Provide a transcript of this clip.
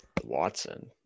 Watson